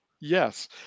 yes